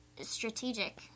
strategic